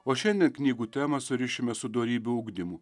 o šiandien knygų temą surišime su dorybių ugdymu